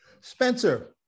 Spencer